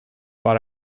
but